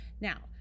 Now